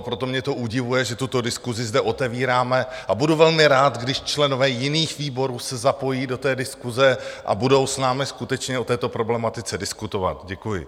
Proto mě to udivuje, že tuto diskusi zde otevíráme, a budu velmi rád, když členové jiných výborů se zapojí do té diskuse a budou s námi skutečně o této problematice diskutovat. Děkuji.